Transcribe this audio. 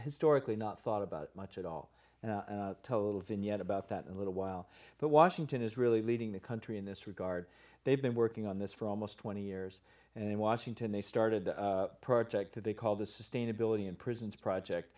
historically not thought about much at all and total vignette about that in a little while but washington is really leading the country in this regard they've been working on this for almost twenty years and in washington they started a project that they called the sustainability in prisons project